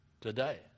today